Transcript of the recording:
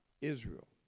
Israel